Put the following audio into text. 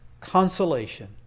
consolation